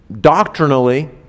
doctrinally